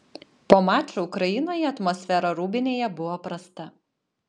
po mačo ukrainoje atmosfera rūbinėje buvo prasta